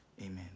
Amen